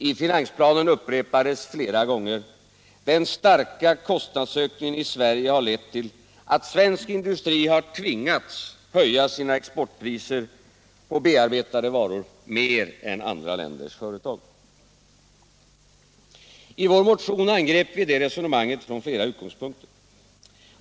I finansplanen upprepades flera gånger: Den starka kostnadsökningen i Sverige har lett till att svensk industri har tvingats höja sina exportpriser på bearbetade varor mer än andra länders företag. I vår motion angrep vi det resonemanget från flera utgångspunkter.